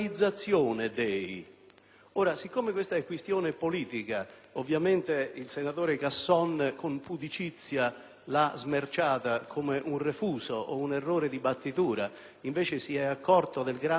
l'ha smerciata come un refuso o un errore di battitura. Egli si è accorto del grande scivolone politico che, nei confronti di circa cento città italiane - dieci più, dieci meno - il suo Gruppo ha commesso,